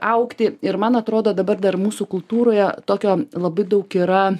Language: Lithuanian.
augti ir man atrodo dabar dar mūsų kultūroje tokio labai daug yra